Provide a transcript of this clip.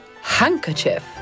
Handkerchief